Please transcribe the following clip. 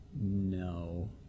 No